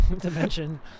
dimension